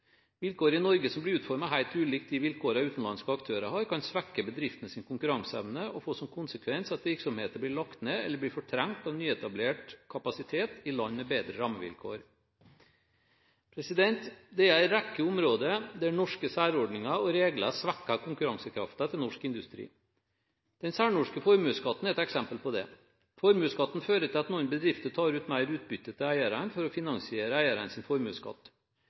Vilkår i Norge som blir utformet helt ulikt de vilkårene utenlandske aktører har, kan svekke bedriftenes konkurranseevne, og få som konsekvens at virksomheten blir lagt ned eller fortrengt av nyetablert kapasitet i land med bedre rammevilkår. Det er en rekke områder der norske særordninger og regler svekker konkurransekraften til norsk industri. Den særnorske formuesskatten er et eksempel på det. Formuesskatten fører til at mange bedrifter tar ut mer utbytte til eierne for å finansiere eiernes formuesskatt.